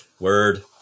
word